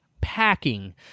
packing